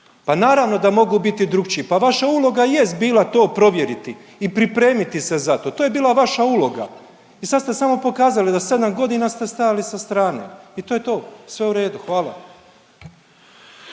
pa naravno da je moglo biti drugčije, pa vaša uloga jest bila to provjeriti i pripremiti se za to. To je bila vaša uloga. I sad ste samo pokazali da 7 godina ste stajali sa strane. I to je to, sve u redu. Hvala.